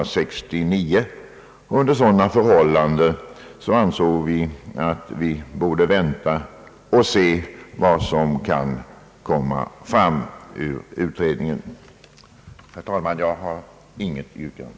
Under sådana förhållanden anser vi att vi bör avvakta resultatet av denna utredning. Herr talman! Jag har inget yrkande.